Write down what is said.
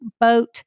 Boat